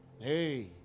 hey